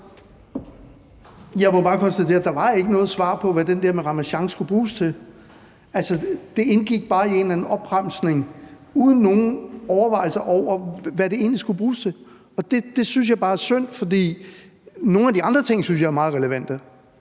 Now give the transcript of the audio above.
Jeg må bare konstatere, at der ikke var noget svar på, hvad det der med Ramasjang skulle bruges til. Altså, det indgik bare i en eller anden opremsning uden nogen overvejelser om, hvad det egentlig skulle bruges til, og det synes jeg bare er synd. For nogle af de andre ting synes jeg er meget relevante,